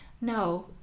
no